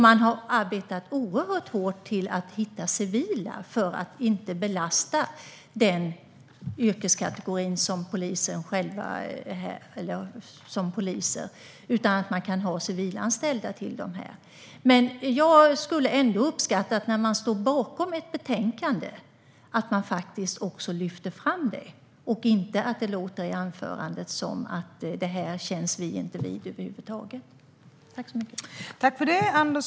Man har arbetat oerhört hårt för hitta civilanställda, för att inte belasta yrkeskategorin poliser. Jag skulle uppskatta om man, när man står bakom förslaget i ett betänkande, lyfter fram det och att det inte låter i anförandet som att man inte känns vid det över huvud taget.